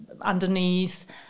underneath